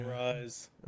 rise